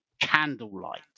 candlelight